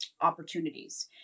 opportunities